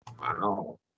Wow